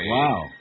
Wow